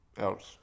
else